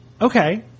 okay